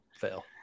fail